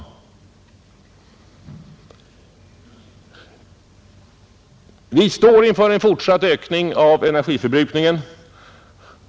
Vi står inför en fortsatt ökning av energiförbrukningen.